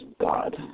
God